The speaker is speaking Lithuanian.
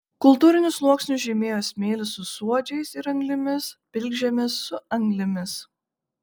kultūrinius sluoksnius žymėjo smėlis su suodžiais ir anglimis pilkžemis su anglimis